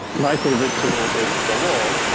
my favorite tool is the law.